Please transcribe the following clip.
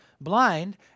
blind